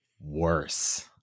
worse